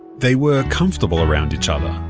they were comfortable around each other,